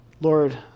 Lord